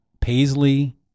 paisley